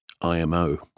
IMO